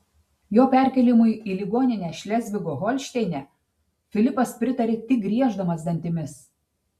jo perkėlimui į ligoninę šlezvigo holšteine filipas pritarė tik grieždamas dantimis